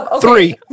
three